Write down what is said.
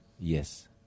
Yes